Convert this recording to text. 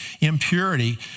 Impurity